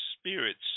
spirits